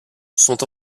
sont